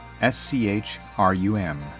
S-C-H-R-U-M